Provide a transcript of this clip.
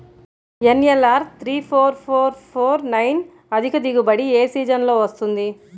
NLR three four four four nine అధిక దిగుబడి ఏ సీజన్లలో వస్తుంది?